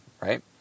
right